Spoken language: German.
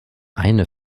eine